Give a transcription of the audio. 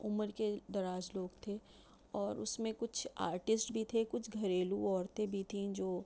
عمر کے دراز لوگ تھے اور اُس میں کچھ آرٹسٹ بھی تھے کچھ گھریلو عورتیں بھی تھیں جو